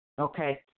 Okay